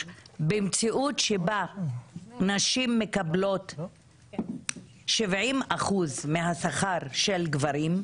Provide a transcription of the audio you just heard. שהמציאות היא שנשים מקבלות 70 אחוזים מהשכר של גברים,